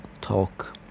talk